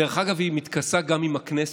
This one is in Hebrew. דרך אגב, היא מתכסה גם עם הכנסת,